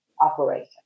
operation